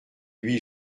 huit